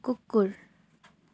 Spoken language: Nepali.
कुकुर